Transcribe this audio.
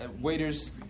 Waiters